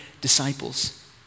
disciples